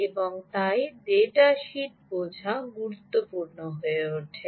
এবং তাই data sheet বোঝা গুরুত্বপূর্ণ হয়ে ওঠে